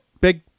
Big